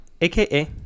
AKA